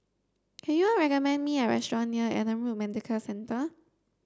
can you recommend me a restaurant near Adam Road Medical Centre